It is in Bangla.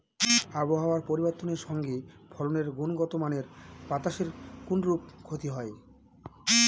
আবহাওয়ার পরিবর্তনের সঙ্গে ফসলের গুণগতমানের বাতাসের কোনরূপ ক্ষতি হয়?